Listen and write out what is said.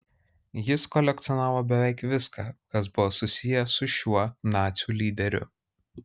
jis kolekcionavo beveik viską kas buvo susiję su šiuo nacių lyderiu